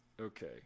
okay